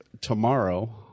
tomorrow